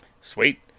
sweet